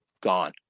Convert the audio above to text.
gone